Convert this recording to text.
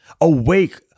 Awake